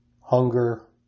hunger